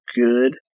good